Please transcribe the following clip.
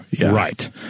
Right